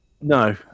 no